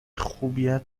خوبیت